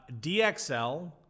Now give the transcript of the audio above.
DXL